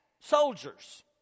soldiers